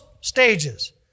stages